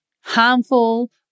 harmful